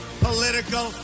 political